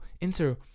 enter